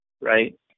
right